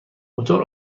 موتور